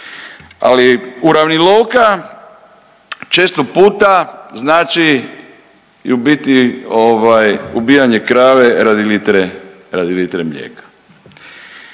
Ali uravnilovka često puta znači i u biti ubijanje krave radi litre mlijeka.